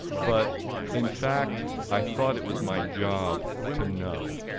but in fact i thought it was my job to know.